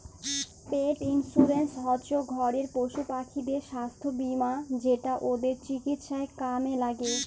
পেট insurance হচ্যে ঘরের পশুপাখিদের সাস্থ বীমা যেটা ওদের চিকিৎসায় কামে ল্যাগে